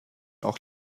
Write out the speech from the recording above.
auch